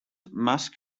musk